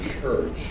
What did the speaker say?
church